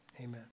Amen